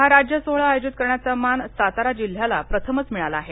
हा राज्यसोहोळा आयोजित करण्याचा मान सातारा जिल्ह्याला प्रथमच मिळाला आहे